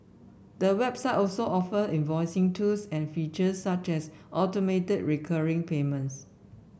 the website also offer invoicing tools and features such as automated recurring payments